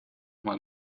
mal